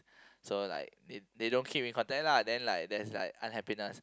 so like it they don't keep in contact lah then like there's like unhappiness